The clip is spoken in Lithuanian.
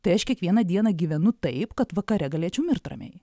tai aš kiekvieną dieną gyvenu taip kad vakare galėčiau mirt ramiai